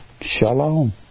shalom